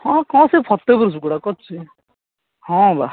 ହଁ କ'ଣ ସେହି ଫତେପୁର ସୁକୁଟା କରିଛି ହଁ ବା